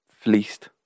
fleeced